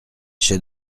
chefs